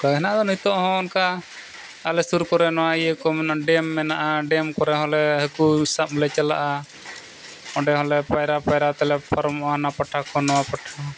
ᱦᱮᱱᱟᱜ ᱫᱚ ᱱᱤᱛᱚᱜ ᱦᱚᱸ ᱚᱱᱠᱟ ᱟᱞᱮ ᱥᱩᱨ ᱠᱚᱨᱮ ᱱᱚᱣᱟ ᱤᱭᱟᱹ ᱠᱚ ᱢᱮᱱᱟᱜᱼᱟ ᱰᱮᱢ ᱢᱮᱱᱟᱜᱼᱟ ᱰᱮᱢ ᱠᱚᱨᱮ ᱦᱚᱸᱞᱮ ᱦᱟᱹᱠᱩ ᱥᱟᱵ ᱞᱮ ᱪᱟᱞᱟᱜᱼᱟ ᱚᱸᱰᱮ ᱦᱚᱸᱞᱮ ᱯᱟᱭᱨᱟ ᱯᱟᱭᱨᱟ ᱛᱮᱞᱮ ᱯᱷᱟᱨᱚᱢᱚᱜᱼᱟ ᱚᱱᱟ ᱯᱟᱴᱷᱟᱠ ᱠᱷᱚᱱ ᱱᱚᱣᱟ ᱯᱟᱴᱷᱟᱠ